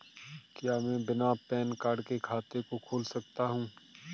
क्या मैं बिना पैन कार्ड के खाते को खोल सकता हूँ?